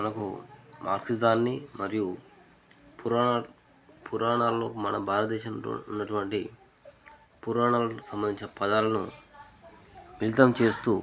మనకు మార్క్సిజాన్ని మరియు పురాణాలు పురాణాల్లో మన భారతదేశంలో ఉన్నటువంటి పురాణాలకు సంబంధించిన పదాలను నిజం చేస్తూ